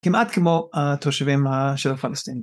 ‫כמעט כמו התושבים של הפלסטינים.